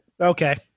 Okay